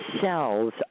cells